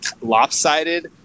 lopsided